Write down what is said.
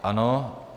Ano.